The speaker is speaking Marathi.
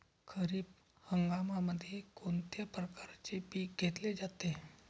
खरीप हंगामामध्ये कोणत्या प्रकारचे पीक घेतले जाते?